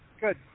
Good